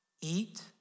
eat